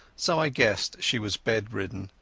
so i guessed she was bedridden.